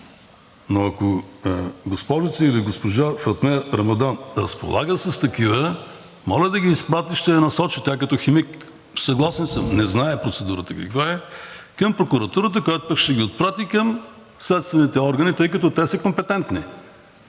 но ако госпожа Фатме Рамадан разполага с такива, моля да ги изпрати. Ще я насоча – тя като химик, съгласен съм, не знае процедурата каква е, към прокуратурата, която ще ги отпрати към следствените органи, тъй като те са компетентни,